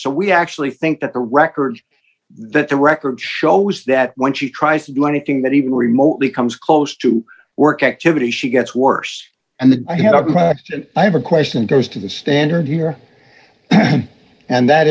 so we actually think that a record that the record shows that when she tries to do anything that even remotely comes close to work activity she gets worse and that i had a product and i have a question goes to the standard here and that